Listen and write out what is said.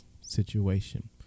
situation